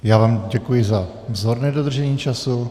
Já vám děkuji za vzorné dodržení času.